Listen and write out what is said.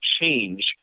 change